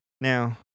Now